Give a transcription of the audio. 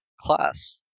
class